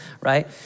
right